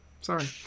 Sorry